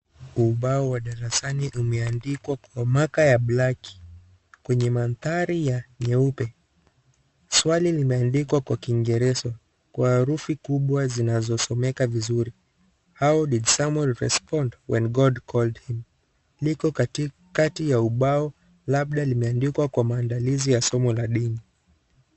Kwa ubao wa darasani umeandikwa kwa maka ya blacki kwenye mandhari ya nyeupe. Swali limeandikwa kwa kiingereza kwa herufi kubwa zinazosomeka vizuri how did someone respond when god called him . Liko katikati ya ubao labda limeandikwa kwa maandalizi ya somo la dini.